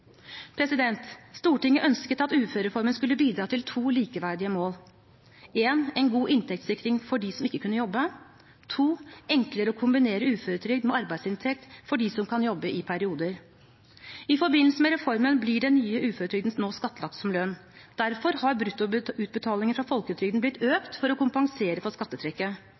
Stortinget ønsket at uførereformen skulle bidra til to likeverdige mål: en god inntektssikring for dem som ikke kunne jobbe enklere å kombinere uføretrygd med arbeidsinntekt for dem som kan jobbe i perioder I forbindelse med reformen blir den nye uføretrygden nå skattlagt som lønn. Derfor har bruttoutbetalinger fra folketrygden blitt økt for å kompensere for skattetrekket.